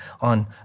on